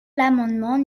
l’amendement